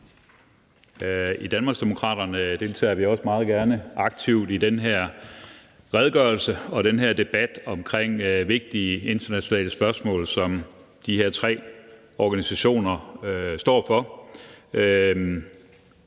I Danmarksdemokraterne deltager vi også meget gerne aktivt i den her redegørelse og den her debat om vigtige internationale spørgsmål, som de her tre organisationer står for.